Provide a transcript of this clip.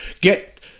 get